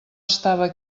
estava